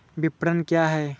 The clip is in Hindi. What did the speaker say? विपणन क्या है?